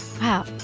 wow